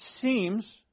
seems